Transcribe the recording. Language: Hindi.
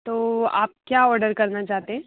तो वो आप क्या औडर करना चाहते हैं